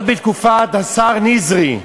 עוד בתקופת השר בן-יזרי,